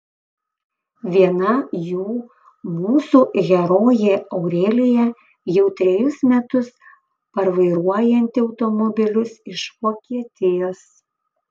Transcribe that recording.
viena jų mūsų herojė aurelija jau trejus metus parvairuojanti automobilius iš vokietijos